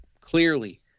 clearly